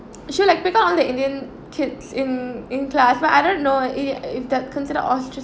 she'll should like pick up on the indian kids in in class but I don't know i~ if that consider ostra~